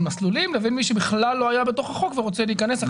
מסלולים לבין מי שבכלל לא היה בתוך החוק ורוצה להיכנס.